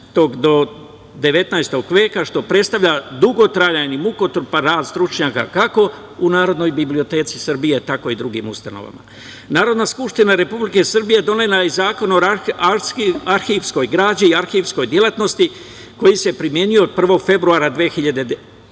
do 19. veka, što predstavlja dugotrajan i mukotrpan rad stručnjaka kako u Narodnoj biblioteci Srbije, tako i drugim ustanovama. Narodna skupština Republike Srbije donela je Zakon o arhivskoj građi i arhivskoj delatnosti, koji se primenjuje od 1. februara 2010.